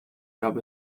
gab